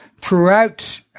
throughout